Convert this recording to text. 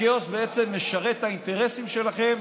הכאוס בעצם משרת את האינטרסים שלכם,